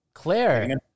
Claire